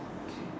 okay